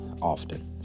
often